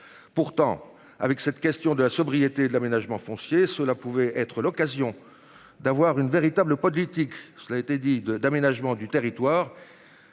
Pourtant, avec cette question de la sobriété de l'aménagement foncier cela pouvait être l'occasion d'avoir une véritable politique, cela a été dit de d'aménagement du territoire.